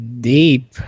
deep